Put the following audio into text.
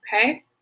okay